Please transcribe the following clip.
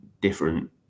different